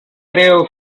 creo